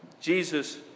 Jesus